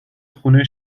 خونه